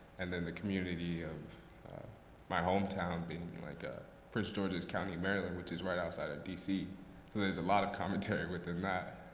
and then the community of my hometown being like ah prince george's county, maryland, which is right outside of dc. so there's a lot of commentary within that.